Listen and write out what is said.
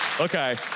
Okay